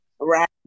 Right